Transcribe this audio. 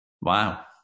Wow